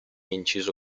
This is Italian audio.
inciso